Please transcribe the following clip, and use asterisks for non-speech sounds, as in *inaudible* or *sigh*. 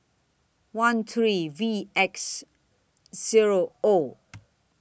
one three V X Zero O *noise*